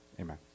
Amen